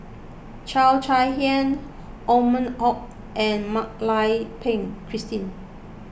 Cheo Chai Hiang Othman and Mak Lai Peng Christine